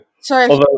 Sorry